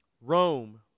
Rome